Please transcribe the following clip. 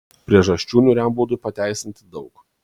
priežasčių niūriam būdui pateisinti daug